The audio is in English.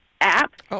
app